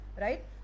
Right